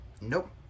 nope